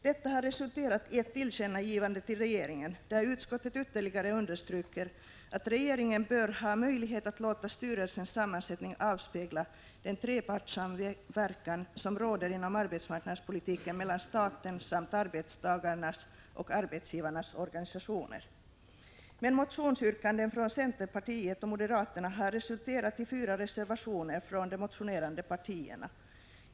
Detta har resulterat i ett tillkännagivande till regeringen, där utskottet ytterligare understryker att regeringen bör ha möjlighet att låta styrelsens sammansättning avspegla den trepartssamverkan som råder inom arbetsmarknadspolitiken mellan staten samt arbetstagarnas och arbetsgivarnas organisationer. Motionsyrkanden från centerpartiet och moderaterna har dock föranlett fyra reservationer från de motionerande partierna.